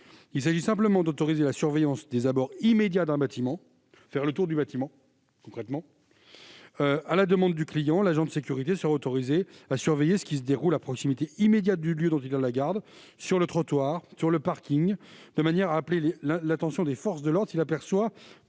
Il s'agit simplement d'autoriser la surveillance des abords immédiats d'un bâtiment- concrètement, en faire le tour. À la demande du client, l'agent de sécurité sera autorisé à surveiller ce qui se déroule à proximité immédiate du lieu dont il a la garde- sur le trottoir ou le parking -de manière à appeler l'attention des forces de l'ordre, s'il aperçoit